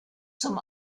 zum